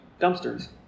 dumpsters